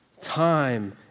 Time